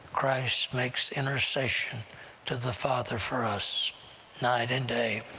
christ makes intercession to the father for us night and day,